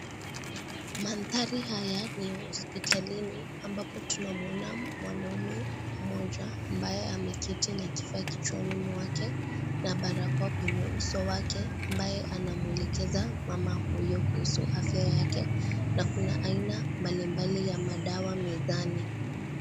Mandhari haya ni ya hospitalini ambapo tunamuona mwanaume mmoja ambaye ameketi na kifaa kichwani mwake na barakoa kwenye uso wake ambaye anamwelekeza mama huyu kuhusu afya yake na kuna aina mbalimbali ya madawa mezani.